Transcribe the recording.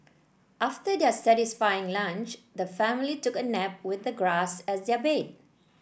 after their satisfying lunch the family took a nap with the grass as their bed